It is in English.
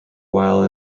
while